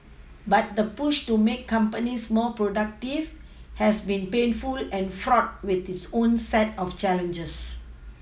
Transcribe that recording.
but the push to make companies more productive has been painful and fraught with its own set of challenges